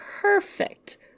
perfect